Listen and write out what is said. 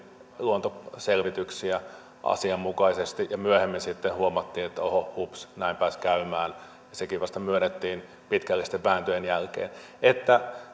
luontoselvityksiä asianmukaisesti ja myöhemmin sitten huomattiin että oho hups näin pääsi käymään ja sekin myönnettiin vasta pitkällisten vääntöjen jälkeen